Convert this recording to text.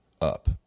up